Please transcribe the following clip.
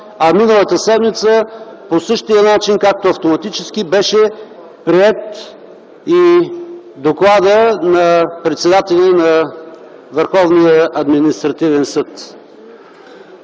а миналата седмица по същия начин, както автоматически беше приет и докладът на председателя на Върховния административен съд.